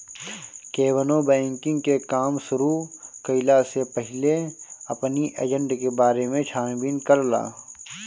केवनो बैंकिंग के काम शुरू कईला से पहिले अपनी एजेंट के बारे में छानबीन कर लअ